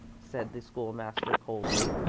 said the school-master, coldly.